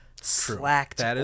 slacked